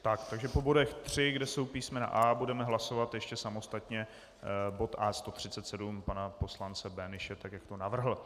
Takže po bodech 3, kde jsou písmena A, budeme hlasovat ještě samostatně bod A137 pana poslance Böhnische, tak jak to navrhl.